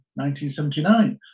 1979